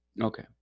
Okay